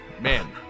Man